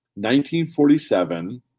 1947